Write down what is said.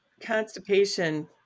constipation